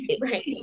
right